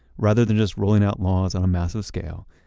rather than just rolling out laws on a massive scale,